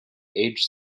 age